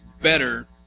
better